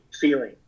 feeling